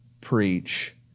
preach